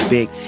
Big